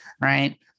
right